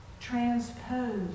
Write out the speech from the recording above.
transpose